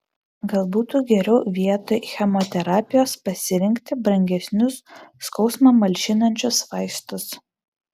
gal būtų geriau vietoj chemoterapijos pasirinkti brangesnius skausmą malšinančius vaistus